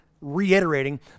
reiterating